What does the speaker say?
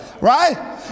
Right